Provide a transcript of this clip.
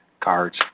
cards